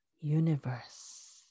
universe